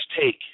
take